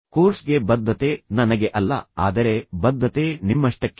ಕೋರ್ಸ್ಗೆ ಬದ್ಧತೆ ನನಗೆ ಅಲ್ಲ ಆದರೆ ಬದ್ಧತೆ ನಿಮ್ಮಷ್ಟಕ್ಕೇ